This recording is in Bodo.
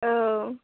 औ